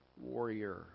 warrior